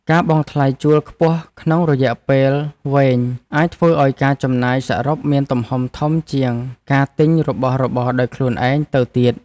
ការបង់ថ្លៃជួលខ្ពស់ក្នុងរយៈពេលវែងអាចធ្វើឱ្យការចំណាយសរុបមានទំហំធំជាងការទិញរបស់របរដោយខ្លួនឯងទៅទៀត។